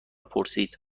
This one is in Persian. پرسید